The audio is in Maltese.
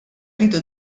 rridu